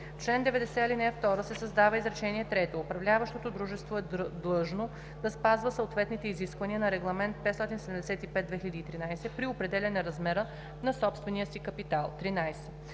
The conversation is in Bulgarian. чл. 90, ал. 2 се създава изречение трето: „Управляващото дружество е длъжно да спазва съответните изисквания на Регламент № 575/2013 при определяне размера на собствения си капитал.“ 13.